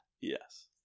Yes